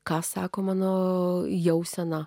ką sako mano jausena